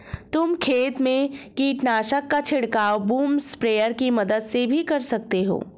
तुम खेत में कीटनाशक का छिड़काव बूम स्प्रेयर की मदद से भी कर सकते हो